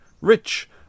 Rich